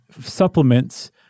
supplements